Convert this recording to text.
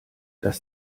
das